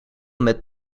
met